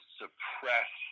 suppress